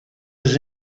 was